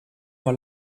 nur